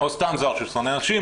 נשים,